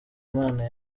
imana